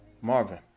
Marvin